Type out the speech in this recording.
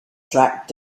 tracked